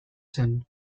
zen